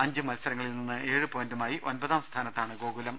അഞ്ച് മത്സരങ്ങളിൽ നിന്ന് ഏഴ് പോയിന്റുമായി ഒമ്പതാം സ്ഥാനത്താണ് ഗോകുലം